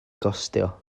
gostio